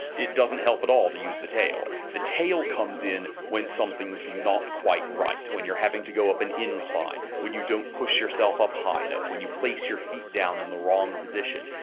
it doesn't help at all to use the tail. the tail comes in when something's not quite right, when you're having to go up an incline, when you don't push yourself up high enough, when you place your feet down in the wrong position.